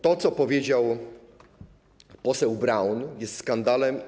To, co powiedział poseł Braun, jest skandalem.